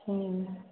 ओ